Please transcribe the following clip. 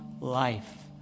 life